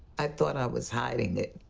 i thought i was hiding it.